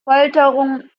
folterungen